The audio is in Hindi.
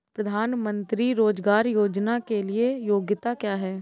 प्रधानमंत्री रोज़गार योजना के लिए योग्यता क्या है?